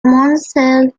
mansell